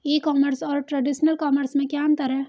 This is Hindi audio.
ई कॉमर्स और ट्रेडिशनल कॉमर्स में क्या अंतर है?